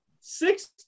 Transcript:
six